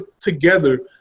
together